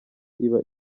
iba